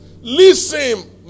listen